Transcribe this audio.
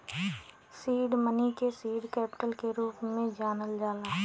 seed money क seed capital के रूप में जानल जाला